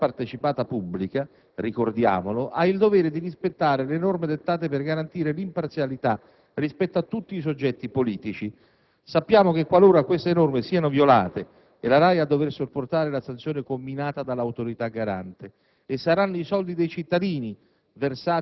società partecipata pubblica, ricordiamolo - ha il dovere di rispettare le norme dettate per garantire l'imparzialità rispetto a tutti i soggetti politici. Sappiamo che, qualora queste norme siano violate, è la RAI a dover sopportare la sanzione comminata dall'Autorità garante e saranno i soldi dei cittadini,